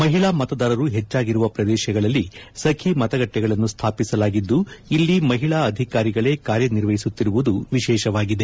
ಮಹಿಳಾ ಮತದಾರರು ಹೆಚ್ಚಾಗಿರುವ ಪ್ರದೇಶಗಳಲ್ಲಿ ಸಚಿ ಮತಗಟ್ಟಿ ಗಳನ್ನು ಸ್ಥಾಪಿಸಲಾಗಿದ್ದು ಇಲ್ಲಿ ಮಹಿಳಾ ಅಧಿಕಾರಿಗಳೇ ಕಾರ್ಯನಿರ್ವಹಿಸುತ್ತಿರುವುದು ವಿಶೇಷವಾಗಿದೆ